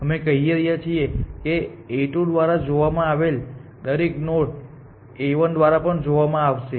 અમે કહી રહ્યા છીએ કે A2 દ્વારા જોવામાં આવેલ દરેક નોડ A1 દ્વારા પણ જોવામાં આવશે